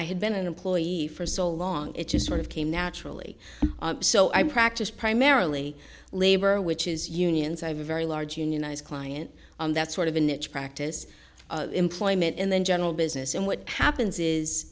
i had been an employee for so long it just sort of came naturally so i practiced primarily labor which is unions i have a very large unionized client that's sort of a niche practice employment in the general business and what happens is